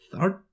third